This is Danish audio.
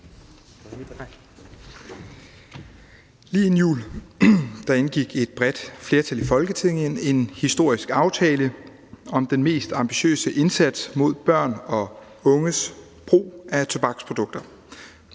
Lige inden jul indgik et bredt flertal i Folketinget en historisk aftale om den mest ambitiøse indsats mod børns og unges brug af tobaksprodukter,